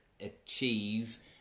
achieve